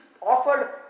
offered